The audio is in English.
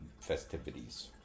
festivities